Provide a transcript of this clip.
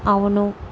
అవును